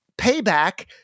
payback